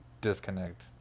disconnect